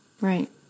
Right